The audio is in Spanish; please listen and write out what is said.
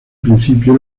principio